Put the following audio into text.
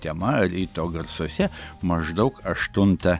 tema ryto garsuose maždaug aštuntą